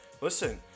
listen